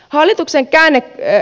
valituksen käänne ja